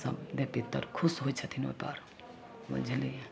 सभ देव पितर खुश होइ छथिन ओहिपर बुझलिए